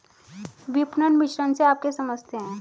विपणन मिश्रण से आप क्या समझते हैं?